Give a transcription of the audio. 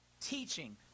teaching